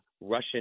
Russian